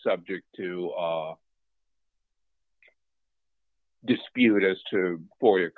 subject to dispute as to for your